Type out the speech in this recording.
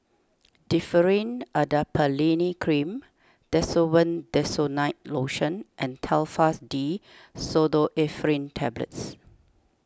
Differin Adapalene Cream Desowen Desonide Lotion and Telfast D Pseudoephrine Tablets